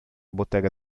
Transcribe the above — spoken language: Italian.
bottega